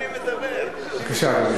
בבקשה, אדוני.